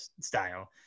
style